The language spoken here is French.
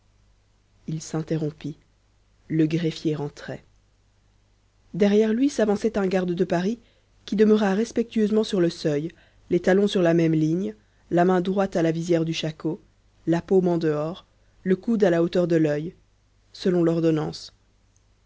il s'interrompit le greffier rentrait derrière lui s'avançait un garde de paris qui demeura respectueusement sur le seuil les talons sur la même ligne la main droite à la visière du shako la paume en dehors le coude à la hauteur de l'œil selon l'ordonnance